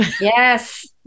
yes